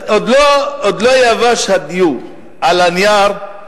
עוד לא יבש הדיו על הנייר,